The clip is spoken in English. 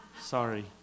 Sorry